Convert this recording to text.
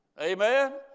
Amen